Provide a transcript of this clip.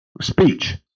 speech